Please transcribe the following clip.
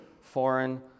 foreign